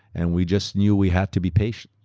and we just knew we have to be patient.